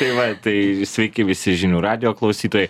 tai va tai sveiki visi žinių radijo klausytojai